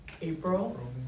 April